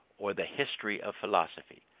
or the history of philosophy.